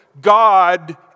God